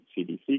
CDC